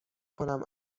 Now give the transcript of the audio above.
کنم